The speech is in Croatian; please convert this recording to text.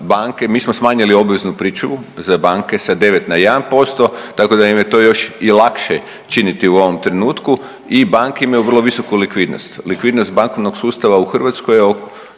mi smo smanjili obveznu pričuvu za banke sa 9 na 1% tako da im je to još i lakše činiti u ovom trenutku i banke imaju vrlo visoku likvidnost. Likvidnost bankovnog sustava u Hrvatskoj tzv.